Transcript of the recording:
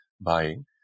buying